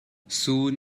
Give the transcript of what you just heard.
soon